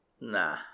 Nah